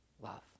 love